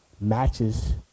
matches